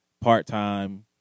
part-time